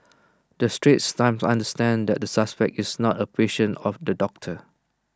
the straits times understands that the suspect is not A patient of the doctor